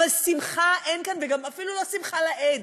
אבל שמחה אין כאן, ואפילו לא שמחה לאיד.